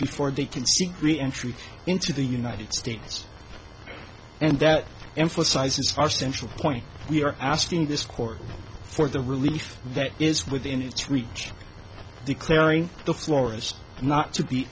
before they can seek reentry into the united states and that emphasizes our central point we are asking this court for the relief that is within its reach declaring the florist not to be